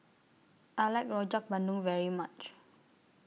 I like Rojak Bandung very much